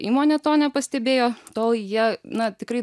įmonė to nepastebėjo tol jie na tikrai